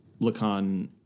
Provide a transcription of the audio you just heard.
Lacan